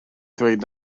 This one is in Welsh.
ddweud